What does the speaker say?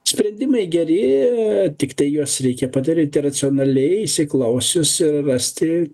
sprendimai gerėja tiktai juos reikia padaryti racionaliai įsiklausius ir rasti